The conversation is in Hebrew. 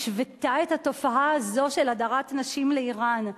השוותה את התופעה הזו של הדרת נשים לאירן.